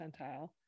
percentile